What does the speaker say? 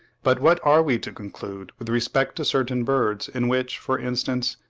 but what are we to conclude with respect to certain birds in which, for instance,